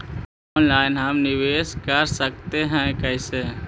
Online हम निवेश कर सकते है, कैसे?